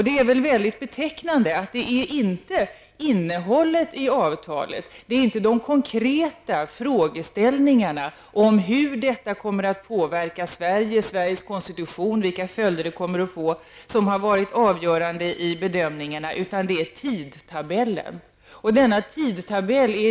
Det är betecknande att det inte är innehållet i avtalet, inte de konkreta frågeställningarna om hur detta kommer att påverka Sveriges konstitution, som har varit avgörande vid bedömningarna utan att det är tidtabellen.